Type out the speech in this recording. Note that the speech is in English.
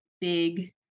big